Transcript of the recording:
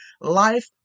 life